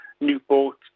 Newport